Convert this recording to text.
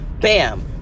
bam